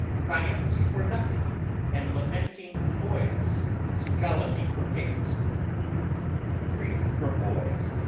triumphs for nothing and lamenting toys is jollity for apes and grief for boys.